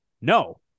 No